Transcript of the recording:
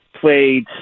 played